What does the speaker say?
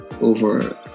over